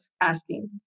asking